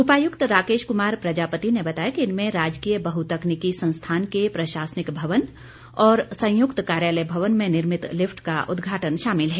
उपायुक्त राकेश कुमार प्रजापति ने बताया कि इनमें राजकीय बहुतकनीकी संस्थान के प्रशासनिक भवन संयुक्त कार्यालय भवन में निर्मित लिफ्ट का उद्घाटन शामिल है